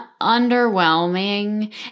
underwhelming